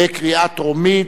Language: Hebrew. בקריאה טרומית.